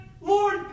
Lord